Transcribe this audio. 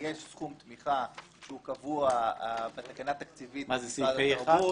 סכום תמיכה שהוא קבוע בתקנה התקציבית במשרד התרבות.